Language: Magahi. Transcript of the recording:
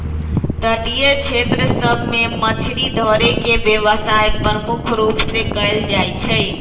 तटीय क्षेत्र सभ में मछरी धरे के व्यवसाय प्रमुख रूप से कएल जाइ छइ